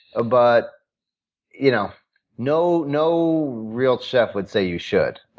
but you know no no real chef would say you should.